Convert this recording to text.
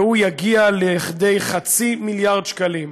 והוא יגיע לכדי חצי מיליארד שקלים.